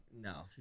No